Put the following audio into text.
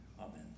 Amen